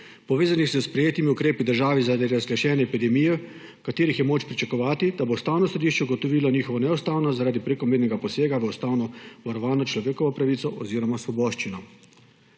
povezanih s sprejetimi ukrepi v državi zaradi razglašene epidemije, o katerih je moč pričakovati, da bo Ustavno sodišče ugotovilo njihovo neustavnost zaradi prekomernega posega v ustavno varovano človekovo pravico oziroma svoboščino.